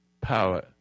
power